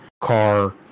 car